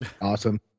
Awesome